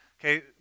Okay